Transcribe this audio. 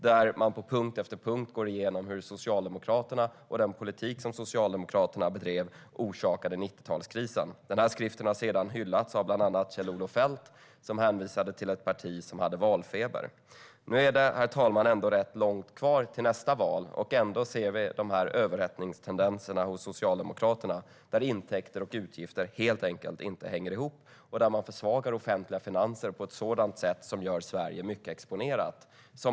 Där går han på punkt efter punkt igenom hur Socialdemokraterna och den politik som de bedrev orsakade 90talskrisen. Den här skriften har sedan hyllats av bland andra Kjell-Olof Feldt, som hänvisade till ett parti som hade valfeber. Herr talman! Nu är det ändå rätt långt kvar till nästa val. Ändå ser vi de här överhettningstendenserna hos Socialdemokraterna. Intäkter och utgifter hänger helt enkelt inte ihop, och man försvagar offentliga finanser på ett sådant sätt att det gör Sverige mycket exponerat.